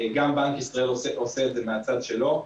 גם בנק ישראל עושה את זה מהצד שלו.